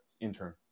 intern